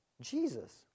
Jesus